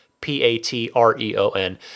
P-A-T-R-E-O-N